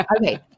Okay